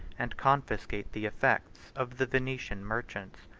and confiscate the effects, of the venetian merchants.